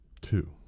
Two